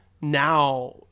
now